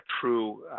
true